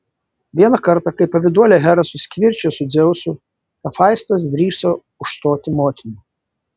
vieną kartą kai pavyduolė hera susikivirčijo su dzeusu hefaistas drįso užstoti motiną